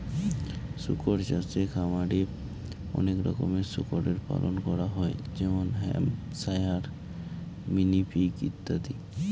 শুকর চাষে খামারে অনেক রকমের শুকরের পালন করা হয় যেমন হ্যাম্পশায়ার, মিনি পিগ ইত্যাদি